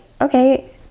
okay